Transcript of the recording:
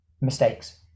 mistakes